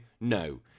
no